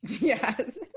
Yes